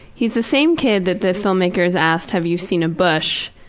he's the same kid that the filmmakers asked, have you seen a bush?